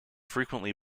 frequently